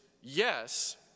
yes